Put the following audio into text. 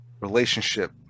relationship